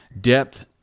Depth